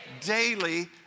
daily